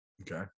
Okay